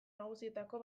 nagusietako